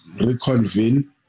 reconvene